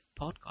podcast